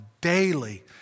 daily